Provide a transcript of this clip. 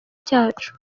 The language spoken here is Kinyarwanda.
cyacu